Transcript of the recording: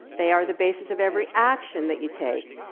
they are the basis of every action that you take.